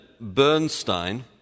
Bernstein